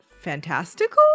fantastical